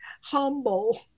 humble